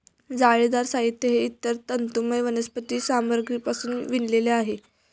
जाळीदार साहित्य हे इतर तंतुमय वनस्पती सामग्रीपासून विणलेले आहे